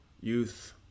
Youth